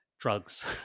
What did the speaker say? drugs